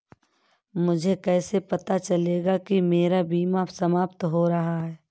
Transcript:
मुझे कैसे पता चलेगा कि मेरा बीमा समाप्त हो गया है?